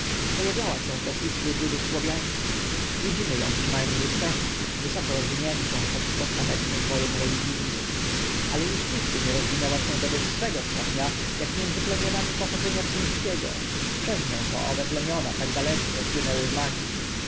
awiała się też i wśród ludów słowiańskich widzimy ą przyna mnie w czechach wysoko rozwiniętą podczas tamecznych wo en religijnych ale uż nigdzie nie rozwinęła się do wyższego stopnia ak między plemionami pochodzenia fińskiego przez nią to owe plemiona tak wielce zasłynęły w magii